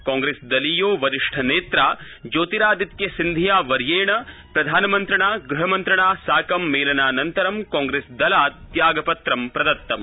कांग्रेसदलीयेन् वरिष्ठ नेत्रा ज्योतिरादित्य सिंधिया वर्येण प्रधानमन्त्रिणा ग़हमन्त्रिणा च साकं मेलनानन्तरं कांग्रेसदलात् त्यागपत्रं प्रदत्तम्